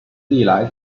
历来